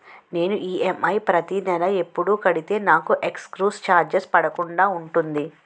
నేను ఈ.ఎం.ఐ ప్రతి నెల ఎపుడు కడితే నాకు ఎక్స్ స్త్ర చార్జెస్ పడకుండా ఉంటుంది?